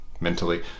mentally